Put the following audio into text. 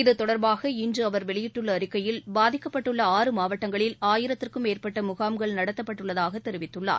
இத்தொடர்பாக இன்றுஅவர் வெளியிட்டுள்ளஅறிக்கையில் பாதிக்கப்பட்டுள்ள ஆறு மாவட்டங்களில் ஆயிரத்திற்கும் மேற்பட்டமுகாம்கள் நடத்தப்பட்டுள்ளதாகதெரிவித்துள்ளார்